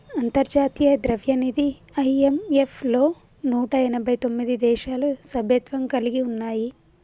అంతర్జాతీయ ద్రవ్యనిధి ఐ.ఎం.ఎఫ్ లో నూట ఎనభై తొమ్మిది దేశాలు సభ్యత్వం కలిగి ఉన్నాయి